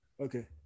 Okay